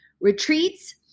retreats